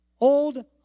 old